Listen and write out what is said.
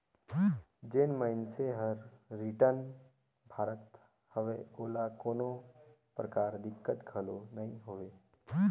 जेन मइनसे हर रिटर्न भरत हवे ओला कोनो परकार दिक्कत घलो नइ होवे